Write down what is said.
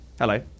Hello